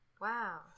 Wow